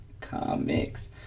Comics